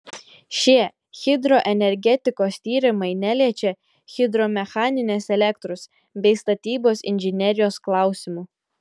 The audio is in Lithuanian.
šie hidroenergetikos tyrimai neliečia hidromechaninės elektros bei statybos inžinerijos klausimų